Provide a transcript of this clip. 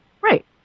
Right